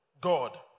God